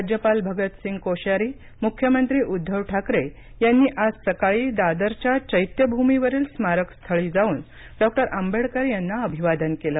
राज्यपाल भगतसिंग कोश्यारी मुख्यमंत्री उद्दव ठाकरे यांनी आज सकाळी दादरच्या चैत्यभूमीवरील स्मारकस्थळी जाऊन डॉ आंबेडकर यांना अभिवादन केलं